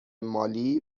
مالی